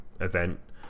event